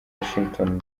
washington